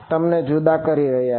તેમને જુદા કરી રહ્યા છે